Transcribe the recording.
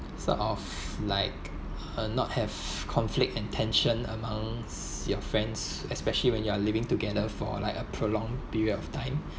sort of like uh not have conflict and tension amongst your friends especially when you are living together for like a prolonged period of time